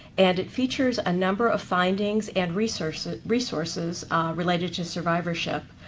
and it features a number of findings and resources resources related to survivorship.